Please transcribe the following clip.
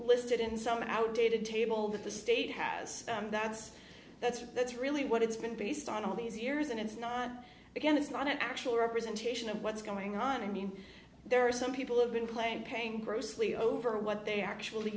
listed in some outdated table that the state has that's that's that's really what it's been based on all these years and it's not again it's not an actual representation of what's going on and in there are some people who've been playing paying grossly over what they actually